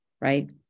right